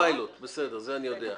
לפיילוט, את זה אני יודע.